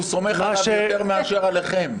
הוא סומך עליו יותר מאשר עליכם.